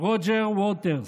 רוג'ר ווטרס.